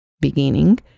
beginning